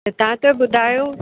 त तव्हां त ॿुधायो